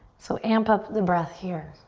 so amp up the breath here.